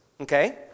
okay